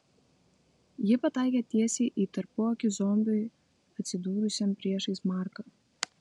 ji pataikė tiesiai į tarpuakį zombiui atsidūrusiam priešais marką